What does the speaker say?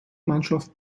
mannschaft